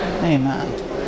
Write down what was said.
Amen